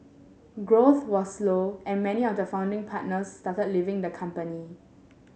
growth was slow and many of the founding partners started leaving the company